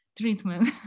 treatment